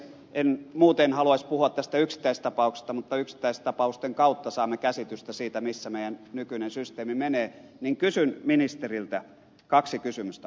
en muuten haluaisi puhua tästä yksittäistapauksesta mutta kun yksittäistapausten kautta saamme käsitystä siinä missä meidän nykyinen systeemimme menee niin kysyn ministeriltä kaksi kysymystä